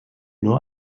nur